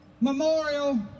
memorial